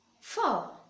four